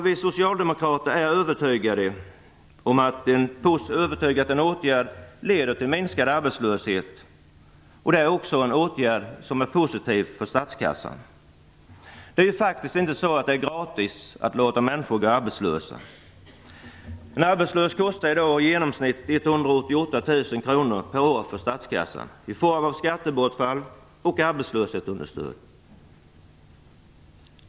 Vi socialdemokrater är övertygade om att en åtgärd som leder till minskad arbetslöshet också är positiv för statskassan. Det är faktiskt inte gratis att låta människor gå arbetslösa. En arbetslös kostar i dag i genomsnitt 188 000 kr per år för statskassan, i form av skattebortfall och arbetslöshetsunderstöd.